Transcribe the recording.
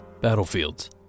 battlefields